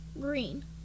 green